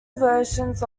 versions